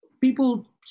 people